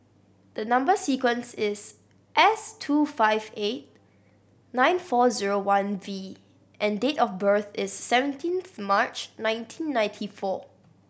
the number sequence is S two five eight nine four zero one V and date of birth is seventeenth March nineteen ninety four